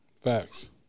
facts